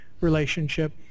relationship